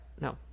No